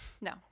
no